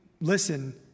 listen